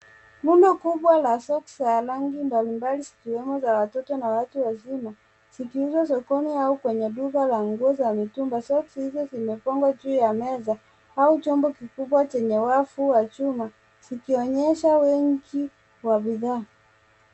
Rundo kubwa la socks za rangi mbalimbali zikiwemo za watoto na watu wazima zikiuzwa sokoni au kwenye duka la nguo za mitumba. Soksi hizo zimepangwa juu ya meza au chombo kikubwa chenye wavu wa chuma zikionyesha wingi wa vifaa.